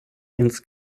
ins